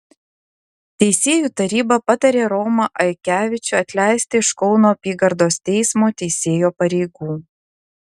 teisėjų taryba patarė romą aikevičių atleisti iš kauno apygardos teismo teisėjo pareigų